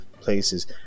places